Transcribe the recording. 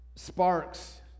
Sparks